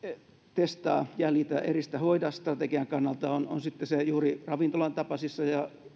testaa jäljitä eristä ja hoida strategian kannalta on juuri ravintolan tapaisissa ja